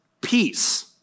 peace